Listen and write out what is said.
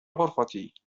غرفتي